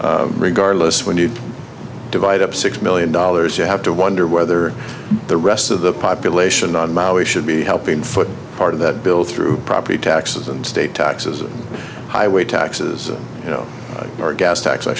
but regardless when you divide up six million dollars you have to wonder whether the rest of the population on maui should be helping foot part of that bill through property taxes and state taxes highway taxes or gas tax i